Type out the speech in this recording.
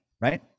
Right